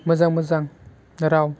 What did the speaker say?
मोजां मोजां राव